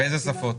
באיזה שפות?